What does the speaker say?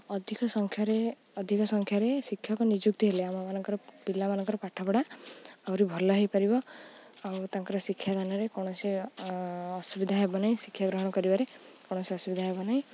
ଅଧିକ ସଂଖ୍ୟାରେ ଅଧିକ ସଂଖ୍ୟାରେ ଶିକ୍ଷକ ନିଯୁକ୍ତି ହେଲେ ଆମମାନଙ୍କର ପିଲାମାନଙ୍କର ପାଠପଢ଼ା ଆହୁରି ଭଲ ହୋଇପାରିବ ଆଉ ତାଙ୍କର ଶିକ୍ଷାଦାନରେ କୌଣସି ଅସୁବିଧା ହେବ ନାହିଁ ଶିକ୍ଷା ଗ୍ରହଣ କରିବାରେ କୌଣସି ଅସୁବିଧା ହେବ ନାହିଁ